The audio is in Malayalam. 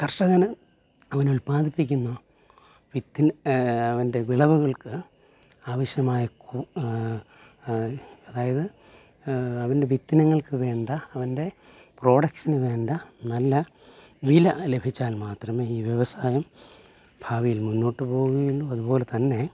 കർഷകന് അവൻ ഉൽപാദിപ്പിക്കുന്ന വിത്ത് അവൻ്റെ വിളവുകൾക്ക് ആവശ്യമായ അതായത് അവൻ്റെ വിത്തിനങ്ങൾക്ക് വേണ്ട അവൻ്റെ പ്രോഡക്സിന് വേണ്ട നല്ല വില ലഭിച്ചാൽ മാത്രമേ ഈ വ്യവസായം ഭാവിയിൽ മുന്നോട്ട് പോവുകയുളൂ അതുപോലെ തന്നെ